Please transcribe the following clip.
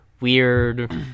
weird